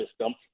system